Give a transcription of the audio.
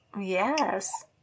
Yes